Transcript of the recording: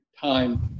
time